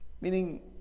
Meaning